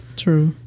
true